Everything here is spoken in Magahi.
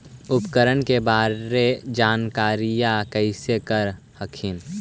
उपकरण के बारे जानकारीया कैसे कर हखिन?